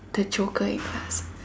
the joker in class